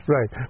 Right